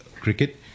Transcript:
cricket